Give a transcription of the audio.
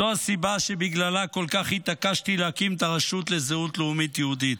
זו הסיבה שבגללה כל כך התעקשתי להקים את הרשות לזהות לאומית יהודית,